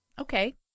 Okay